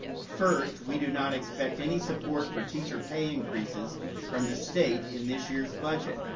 first, we do not expect any support for teacher pay increases from this state in this year's budget,